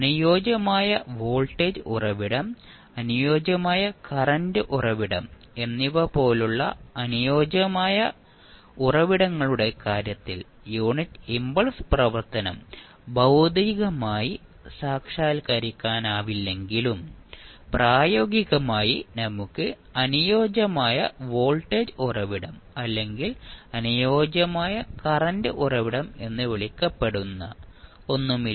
അനുയോജ്യമായ വോൾട്ടേജ് ഉറവിടം അനുയോജ്യമായ കറന്റ് ഉറവിടം എന്നിവ പോലുള്ള അനുയോജ്യമായ ഉറവിടങ്ങളുടെ കാര്യത്തിൽ യൂണിറ്റ് ഇംപൾസ് പ്രവർത്തനം ഭൌതികമായി സാക്ഷാത്കരിക്കാനാവില്ലെങ്കിലും പ്രായോഗികമായി നമുക്ക് അനുയോജ്യമായ വോൾട്ടേജ് ഉറവിടം അല്ലെങ്കിൽ അനുയോജ്യമായ കറന്റ് ഉറവിടം എന്ന് വിളിക്കപ്പെടുന്ന ഒന്നുമില്ല